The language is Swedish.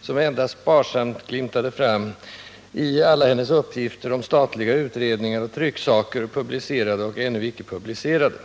som endast sparsamt glimtade fram i alla hennes uppgifter om statliga utredningar och trycksaker, publicerade och ännu icke publicerade.